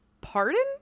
pardon